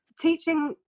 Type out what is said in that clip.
teaching